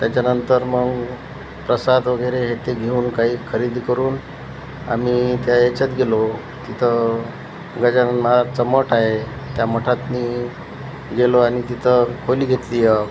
त्याच्यानंतर मग प्रसाद वगैरे येथे घेऊन काही खरेदी करून आम्ही त्या ह्याच्यात गेलो तिथं गजानन महाराजाचा मठ आहे त्या मठात मी गेलो आणि तिथं खोली घेतली एक